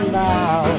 now